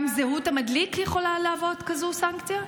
גם זהות המדליק יכולה להביא כזו סנקציה?